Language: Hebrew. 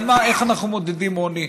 איך אנחנו מודדים עוני?